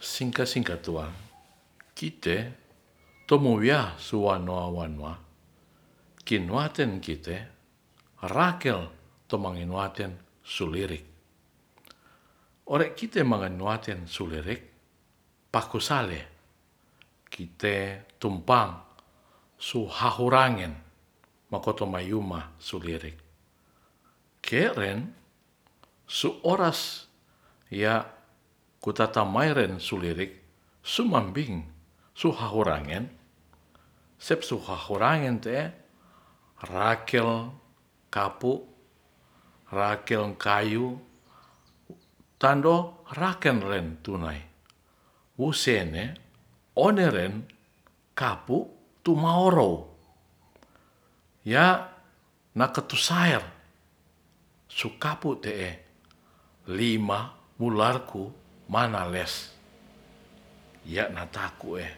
Singka-singka tuang kite tumo wiah sua nowa wanowa kinowa ten kite rakel tomangeno waten sulirik ore kite manganuaten sulerik paku sawe kite tumpang suha hurangen makoto mayuma sulirik keren su oras ya kutata mairen sulirik sumambing suhahurangen sep suhahurange te'e rakel kapu rakel kayu tando rakel ren tunai wusene oneren kapuk tumaworow ya naketu saer su kapuk te'e lima wularku manales ya nataku ee